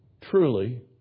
Truly